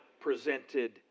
presented